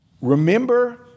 Remember